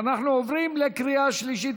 אנחנו עוברים לקריאה שלישית.